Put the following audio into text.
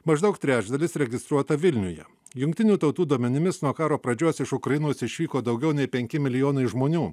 maždaug trečdalis registruota vilniuje jungtinių tautų duomenimis nuo karo pradžios iš ukrainos išvyko daugiau nei penki milijonai žmonių